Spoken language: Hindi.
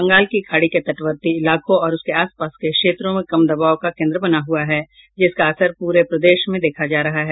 बंगला की खाड़ी के तटवर्ती इलाकों और उसके आसपास के क्षेत्र में कम दबाव का केंद्र बना हुआ है जिसका असर पूरे प्रदेश में देखा जा रहा है